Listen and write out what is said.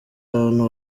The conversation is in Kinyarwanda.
abantu